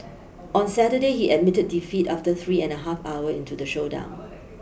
on Saturday he admitted defeat after three and a half hour into the showdown